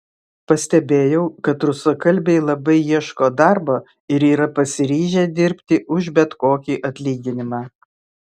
pastebėjau kad rusakalbiai labai ieško darbo ir yra pasiryžę dirbti už bet kokį atlyginimą